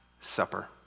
Supper